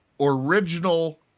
Original